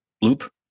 loop